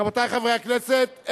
רבותי חברי הכנסת,